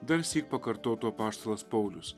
darsyk pakartotų apaštalas paulius